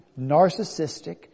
narcissistic